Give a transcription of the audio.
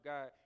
God